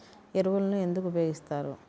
ఎరువులను ఎందుకు ఉపయోగిస్తారు?